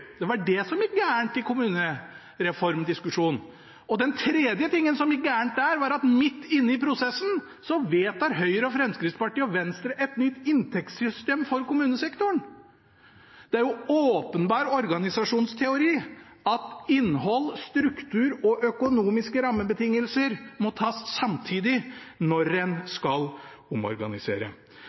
Det var det som gikk gærent i kommunereformdiskusjonen. Den tredje tingen som gikk gærent der, var at midt i prosessen vedtok Høyre, Fremskrittspartiet og Venstre et nytt inntektssystem for kommunesektoren. Det er åpenbar organisasjonsteori at innhold, struktur og økonomiske rammebetingelser må tas samtidig når en skal omorganisere.